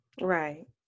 Right